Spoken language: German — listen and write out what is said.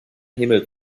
himmel